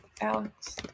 Alex